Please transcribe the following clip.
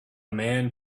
man